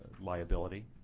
liability.